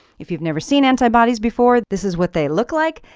if you've never seen antibodies before, this is what they look like.